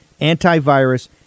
antivirus